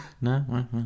No